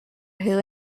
who